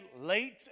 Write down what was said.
late